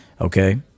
Okay